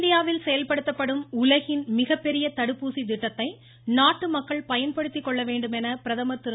இந்தியாவில் செயல்படுத்தப்படும் உலகின் மிகப்பெரிய தடுப்பூசி திட்டத்தை நாட்டு மக்கள் பயன்படுத்திக் கொள்ள வேண்டும் என பிரதமர் திரு